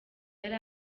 yari